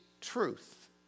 truth